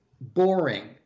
boring